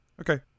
Okay